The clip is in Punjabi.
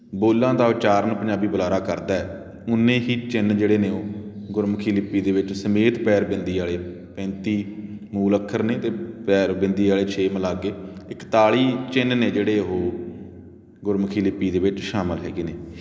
ਬੋਲਾਂ ਦਾ ਉਚਾਰਨ ਪੰਜਾਬੀ ਬੁਲਾਰਾ ਕਰਦਾ ਹੈ ਓਨੇ ਹੀ ਚਿੰਨ੍ਹ ਜਿਹੜੇ ਨੇ ਉਹ ਗੁਰਮੁਖੀ ਲਿਪੀ ਦੇ ਵਿੱਚ ਸਮੇਤ ਪੈਰ ਬਿੰਦੀ ਵਾਲੇ ਪੈਂਤੀ ਮੂਲ ਅੱਖਰ ਨੇ ਅਤੇ ਪੈਰ ਬਿੰਦੀ ਵਾਲੇ ਛੇ ਮਿਲਾ ਕੇ ਇੱਕਤਾਲੀ ਚਿੰਨ੍ਹ ਨੇ ਜਿਹੜੇ ਉਹ ਗੁਰਮੁਖੀ ਲਿਪੀ ਦੇ ਵਿੱਚ ਸ਼ਾਮਿਲ ਹੈਗੇ ਨੇ